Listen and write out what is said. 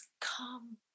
come